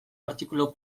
artikulu